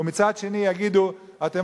ומצד שני יגידו: אתם,